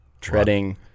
Treading